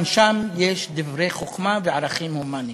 גם שם יש דברי חוכמה וערכים הומניים.